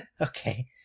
Okay